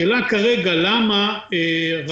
עשוה אבל בסוף אין לנו את הרשות האופרטיבית הזו שתוכל